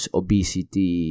obesity